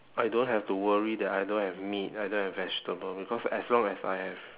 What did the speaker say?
I don't have to worry that I don't have meat I don't have vegetable because as long as I have